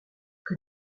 que